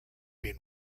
been